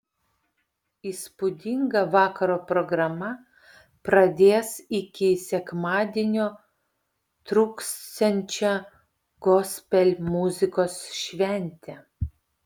įspūdinga vakaro programa pradės iki sekmadienio truksiančią gospel muzikos šventę